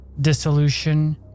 dissolution